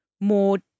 more